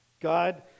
God